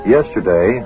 Yesterday